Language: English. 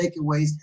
takeaways